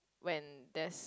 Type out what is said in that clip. when there's